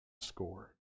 score